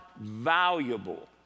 valuable